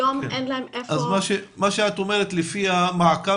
היום אין להם איפה --- מה שאת אומרת לפי המעקב